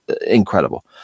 incredible